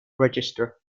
register